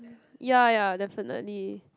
ya ya definitely